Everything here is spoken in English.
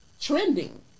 trending